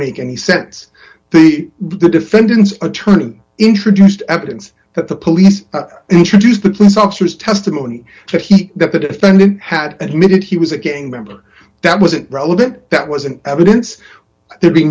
make any sense the defendant's attorney introduced evidence that the police introduced the police officers testimony that the defendant had admitted he was a gang member that wasn't relevant that wasn't evidence there be